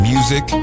Music